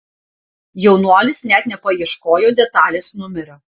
jaunuolis net nepaieškojo detalės numerio